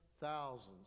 thousands